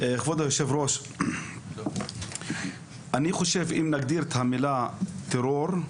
כבוד היושב-ראש, אם נגדיר את המילה "טרור",